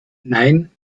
nein